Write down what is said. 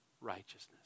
righteousness